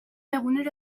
egunero